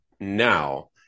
now